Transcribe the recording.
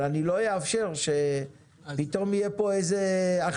אבל אני לא יאפשר שפתאום תהיה פה איזו החלטה